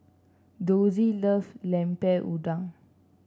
Dossie love Lemper Udang